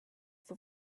for